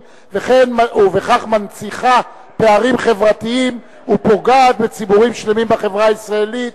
ובכך מנציחה פערים חברתיים ופוגעת בציבוריים שלמים בישראל,